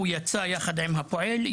הוא יצא יחד עם הפועל,